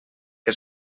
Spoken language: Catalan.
que